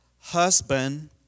husband